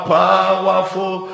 powerful